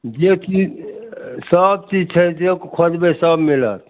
जे चीज सबचीज छै जे खोजबै सब मिलत